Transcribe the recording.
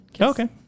Okay